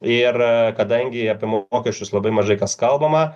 ir kadangi apie mokesčius labai mažai kas kalbama